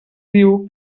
diu